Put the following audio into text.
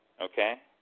Okay